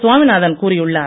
சாமிநாதன் கூறியுள்ளார்